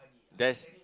that's